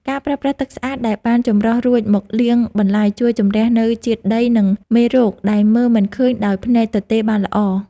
ការប្រើប្រាស់ទឹកស្អាតដែលបានចម្រោះរួចមកលាងបន្លែជួយជម្រះនូវជាតិដីនិងមេរោគដែលមើលមិនឃើញដោយភ្នែកទទេបានល្អ។